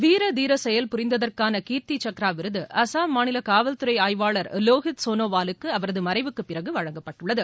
வீரதீர செயல் புரிந்ததற்கான கீர்த்தி சக்ரா விருது அஸ்ஸாம் மாநில காவல்துறை ஆய்வாளர் லோஹித் சோனாவாலுக்கு அவரது மறைவுக்கு பிறகு வழங்கப்பட்டுள்ளது